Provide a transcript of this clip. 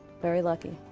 very lucky.